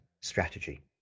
strategy